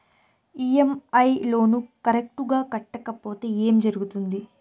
EMI loan correct గా కట్టకపోతే ఏం జరుగుతుంది